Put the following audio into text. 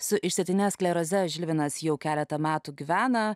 su išsėtine skleroze žilvinas jau keletą metų gyvena